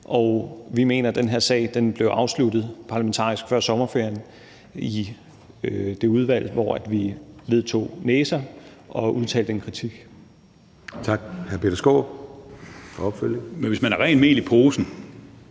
Vi mener, at den her sag blev afsluttet parlamentarisk før sommerferien i det udvalg, hvor vi vedtog næser og udtalte en kritik. Kl. 13:09 Formanden (Søren Gade): Så er det hr. Peter